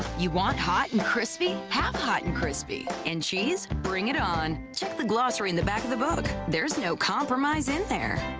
you want hot and crispy? have hot and crispy. and cheese? bring it on. check the glossary in the back of the book. there's no compromise in there.